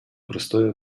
простое